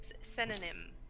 Synonym